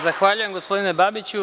Zahvaljujem, gospodine Babiću.